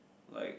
like